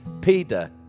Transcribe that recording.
Peter